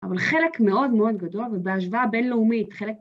‫אבל חלק מאוד מאוד גדול, ‫ובהשוואה הבינלאומית, חלק...